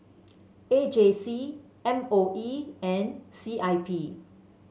A J C M O E and C I P